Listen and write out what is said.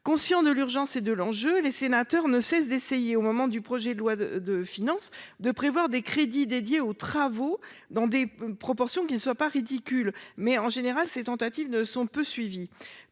Conscients de l'urgence et de l'enjeu, les sénateurs ne cessent d'essayer, lors des projets de loi de finances, de prévoir des crédits affectés aux travaux dans des proportions qui ne soient pas ridicules ... En général, ces tentatives sont peu suivies